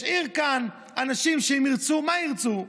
השאיר כאן אנשים שאם ירצו, מה ירצו?